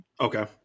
Okay